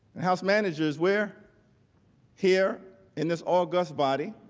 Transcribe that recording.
and house managers, we are here in this august body,